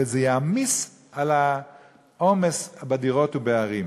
וזה יגביר את העומס בדירות ובערים.